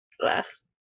Glass